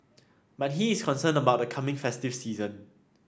but he is concerned about the coming festive season